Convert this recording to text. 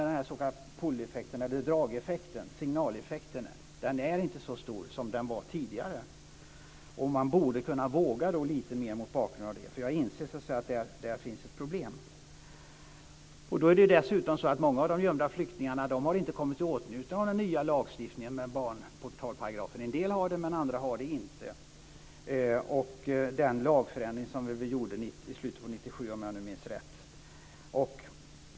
Den s.k. drageffekten, signaleffekten, är inte lika stor som den var tidigare. Man borde kunna våga lite mer mot bakgrund av det. Jag inser att där finns ett problem. Det är dessutom så att många av de gömda flyktingarna har inte kommit i åtnjutande av den nya lagstiftningen med portalparagrafen, den lagförändring som vi gjorde i slutet av 1997. En del har det, men andra har det inte.